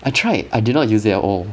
I tried I did not use it at all